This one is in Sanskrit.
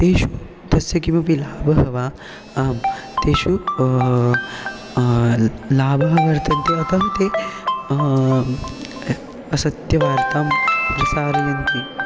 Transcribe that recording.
तेषु तस्य किमपि लाभः वा आं तेषु लाभः वर्तन्ते अतः ते असत्यवार्तां प्रसारयन्ति